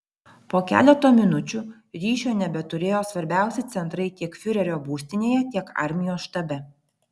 po keleto minučių ryšio nebeturėjo svarbiausi centrai tiek fiurerio būstinėje tiek armijos štabe